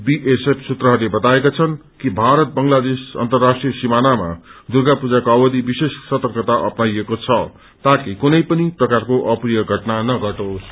BSF सूत्रहरूले वताएका छन् कि भारत बंगलादेश अन्तर्राष्ट्रीय सीमानामा दुर्गा पूजाको अवथि विशेष सतर्कता अप्नाइएको छ ताकि कुनै पनि प्रकारको अप्रिय घटना नघटोसु